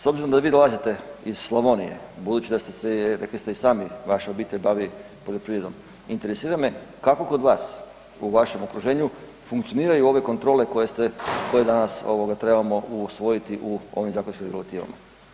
S obzirom da vi dolazite iz Slavonije, budući da ste se, rekli ste i sami vaša obitelj bavi poljoprivredom, interesira me kako kod vas u vašem okruženju funkcioniraju ove kontrole koje ste, koje danas ovoga trebamo usvojiti u ovim zakonskim regulativama?